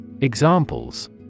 Examples